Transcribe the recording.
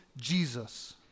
Jesus